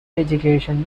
education